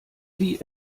wie